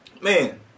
man